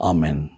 Amen